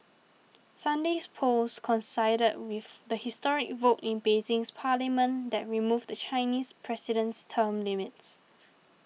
Sunday's polls coincided with the historic vote in Beijing's parliament that removed the Chinese president's term limits